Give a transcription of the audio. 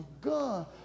gun